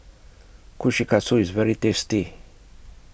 Kushikatsu IS very tasty